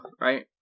right